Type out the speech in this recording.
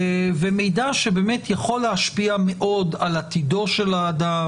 ומידע שיכול להשפיע מאוד על עתידו של האדם,